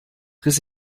riss